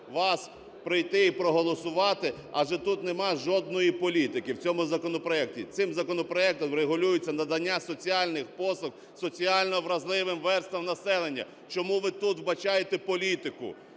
вас прийти і проголосувати, адже тут немає жодної політики в цьому законопроекті. Цим законопроектом врегулюється надання соціальних послуг соціально вразливим верствам населення. Чому ви тут вбачаєте політику?